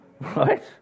Right